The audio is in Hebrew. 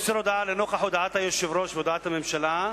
אני מבקש למסור הודעה: לנוכח הודעת היושב-ראש והודעת הממשלה,